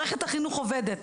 מערכת החינוך עובדת,